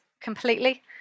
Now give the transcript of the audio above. completely